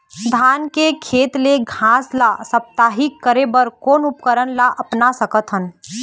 धान के खेत ले घास ला साप्ताहिक करे बर कोन उपकरण ला अपना सकथन?